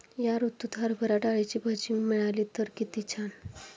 या ऋतूत हरभरा डाळीची भजी मिळाली तर कित्ती छान